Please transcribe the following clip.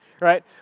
Right